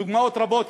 הדוגמאות רבות,